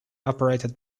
operated